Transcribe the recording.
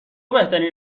بهترین